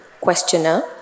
Questioner